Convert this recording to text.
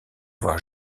voir